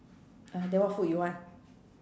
uh than what food you want